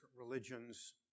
religions